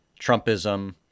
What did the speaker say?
Trumpism